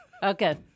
Okay